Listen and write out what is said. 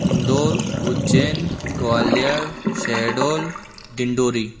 Indore Ujjain Gwalior Shahdol Dindori